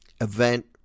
event